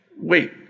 Wait